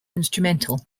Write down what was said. instrumental